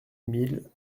mille